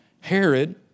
Herod